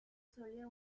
solía